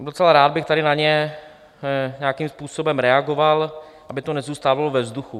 Docela rád bych tady na ně nějakým způsobem reagoval, aby to nezůstávalo ve vzduchu.